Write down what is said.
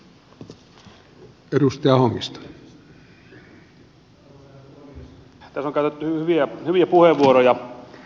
täällä on käytetty hyviä puheenvuoroja